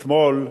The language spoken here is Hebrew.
אתמול,